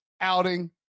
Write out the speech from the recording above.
outing